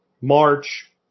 March